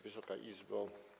Wysoka Izbo!